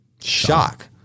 shock